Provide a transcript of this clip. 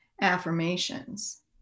Affirmations